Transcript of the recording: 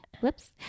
Whoops